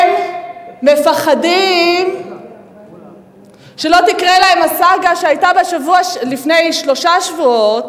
הם מפחדים שלא תקרה להם הסאגה שהיתה לפני שלושה שבועות,